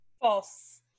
false